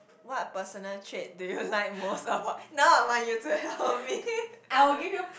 what personal trait do you like most about now I want you to help me